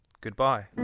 goodbye